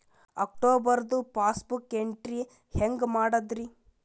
ಅಕ್ಟೋಬರ್ದು passbook entry ಹೆಂಗ್ ಮಾಡದ್ರಿ?